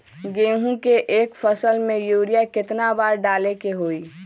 गेंहू के एक फसल में यूरिया केतना बार डाले के होई?